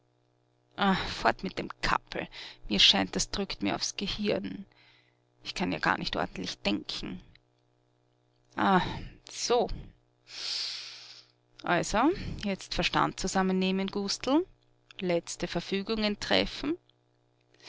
fort mit dem kappl mir scheint das drückt mir aufs gehirn ich kann ja gar nicht ordentlich denken ah so also jetzt verstand zusammennehmen gustl letzte verfügungen treffen